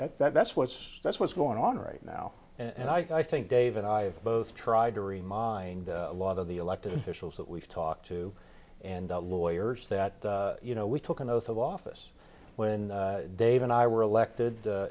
said that that's what's that's what's going on right now and i think dave and i have both tried to remind a lot of the elected officials that we've talked to and lawyers that you know we took an oath of office when dave and i were elected